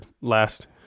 last